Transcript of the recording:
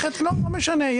לא משנה,